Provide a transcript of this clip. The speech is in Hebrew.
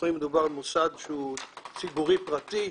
מדובר במוסד שהוא ציבורי פרטי,